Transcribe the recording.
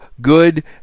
good